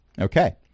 Okay